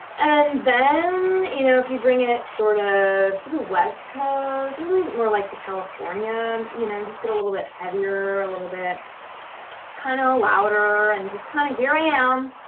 then, you know if you bring it sort of to the west coast, really more like to california, you know, i'm just gettin' a little bit heavier a little bit kinda louder and just kinda, here i am,